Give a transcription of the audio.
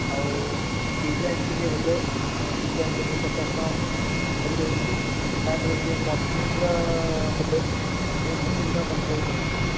ଆଉ ଡିଜାଇନ୍ ଟିକିଏ ହେଲେ ଡିଜାଇନ୍ ଲାଗି ପଚାଶ ଟଙ୍କା ପଡ଼ିଯାଉଛି ତା'ଠାରୁ ଟିକିଏ ମଡେଲିଂ ପୁରା ହେଲେ ସତୁରି ଟଙ୍କା ପାଖାପାଖି ପଡ଼ିଯିବ